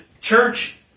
church